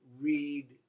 read